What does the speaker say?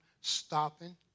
stopping